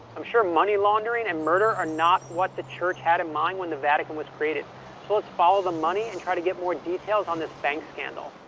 i'm sure money laundering and murder are not what the church had in mind when the vatican was created, so let's follow the money and try to get more details on this bank scandal.